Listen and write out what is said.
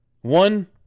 One